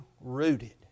rooted